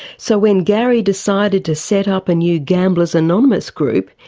so when gary decided to set up a new gamblers anonymous group,